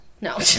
No